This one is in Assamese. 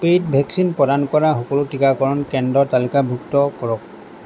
পেইড ভেকচিন প্ৰদান কৰা সকলো টিকাকৰণ কেন্দ্ৰ তালিকাভুক্ত কৰক